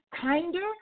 kinder